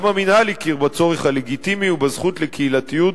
גם המינהל הכיר בצורך הלגיטימי ובזכות לקהילתיות,